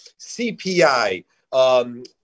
CPI